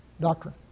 doctrine